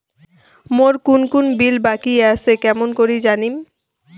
মোর কুন কুন বিল বাকি আসে কেমন করি জানিম?